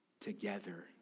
together